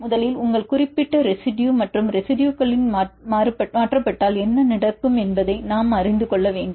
முதலில் உங்கள் குறிப்பிட்ட ரெசிடுயு மற்ற ரெசிடுயுகளுடன் மாற்றப்பட்டால் என்ன நடக்கும் என்பதை நாம் அறிந்து கொள்ள வேண்டும்